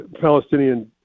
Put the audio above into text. Palestinian